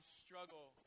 struggle